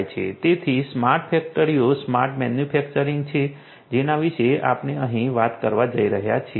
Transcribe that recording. તેથી સ્માર્ટ ફેક્ટરીઓ smart manufacturing છે જેના વિશે આપણે અહીં વાત કરવા જઈ રહ્યા છીએ